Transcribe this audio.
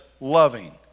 loving